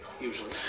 Usually